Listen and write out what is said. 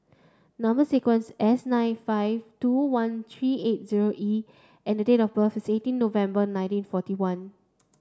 number sequence S nine five two one three eight zero E and date of birth is eighteen November nineteen forty one